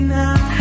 now